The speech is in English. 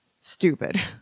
stupid